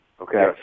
okay